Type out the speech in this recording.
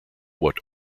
what